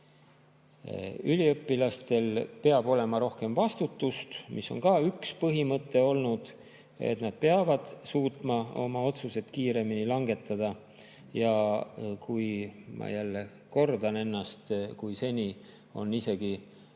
Üliõpilastel peab olema rohkem vastutust, see on ka üks põhimõte olnud, et nad peavad suutma oma otsuseid kiiremini langetada. Ma jälle kordan ennast: seni on